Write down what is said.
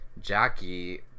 Jackie